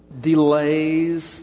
delays